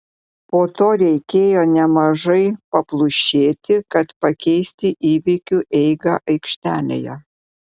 po to reikėjo nemažai paplušėti kad pakeisti įvykių eigą aikštelėje